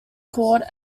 called